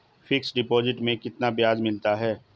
Fix deposit में कितना ब्याज मिलता है?